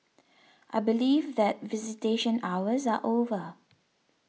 I believe that visitation hours are over